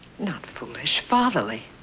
not foolish. fatherly.